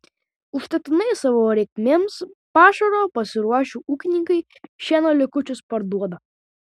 užtektinai savo reikmėms pašaro pasiruošę ūkininkai šieno likučius parduoda